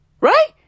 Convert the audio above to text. Right